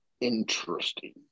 interesting